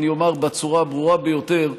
אני אומר בצורה הברורה ביותר,